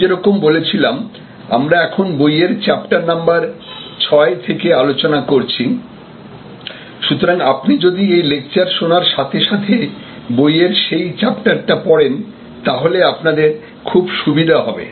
আমি যেরকম বলেছিলাম আমরা এখন বইয়ের চ্যাপ্টার নাম্বার 6 থেকে আলোচনা করছি সুতরাং আপনি যদি এই লেকচার শোনার সাথে সাথে বইয়ের সেই চ্যাপ্টারটা পড়েন তাহলে আপনাদের খুব সুবিধা হবে